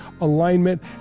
alignment